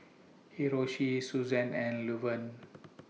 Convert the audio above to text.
Hiroshi Susann and Luverne